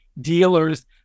dealers